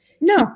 No